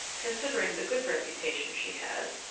considering the good reputation she has,